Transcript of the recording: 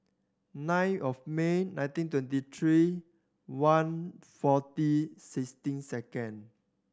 nine of May nineteen twenty three one forty sixteen second